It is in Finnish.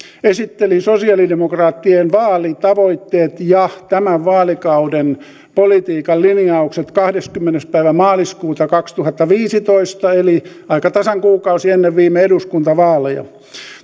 esitteli sosialidemokraattien vaalitavoitteet ja tämän vaalikauden politiikan linjaukset kahdeskymmenes päivä maaliskuuta kaksituhattaviisitoista eli aika tasan kuukausi ennen viime eduskuntavaaleja